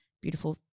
beautiful